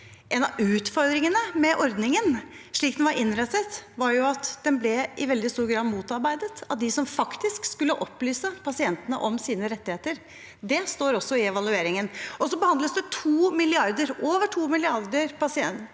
En av utfordringene med ordningen, slik den var innrettet, var at den i veldig stor grad ble motarbeidet av dem som faktisk skulle opplyse pasientene om deres rettigheter. Det står også i evalueringen. Det er over to milliarder